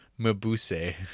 Mabuse